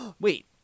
Wait